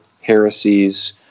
heresies